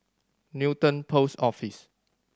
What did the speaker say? Newton Post Office